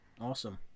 Awesome